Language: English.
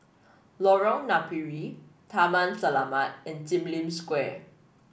Lorong Napiri Taman Selamat and Sim Lim Square